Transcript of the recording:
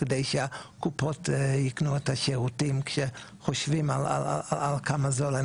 כדי שהקופות יקנו את השירותים כשחושבים על כמה זה עולה.